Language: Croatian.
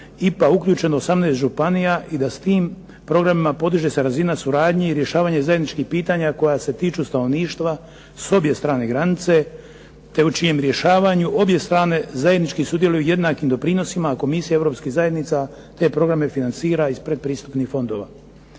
IPA uključeno 18 županija i da s tim programima podiže se razina suradnje i rješavanje zajedničkih pitanja koja se tiču stanovništva s obje strane granice te u čijem rješavanju obje strane zajednički sudjeluju jednakim doprinosima, a Komisija europskih zajednica te programe financira iz pretpristupnih fondova.